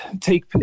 take